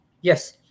yes